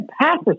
passes